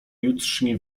jutrzni